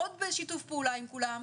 עוד בשיתוף פעולה עם כולם,